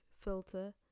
filter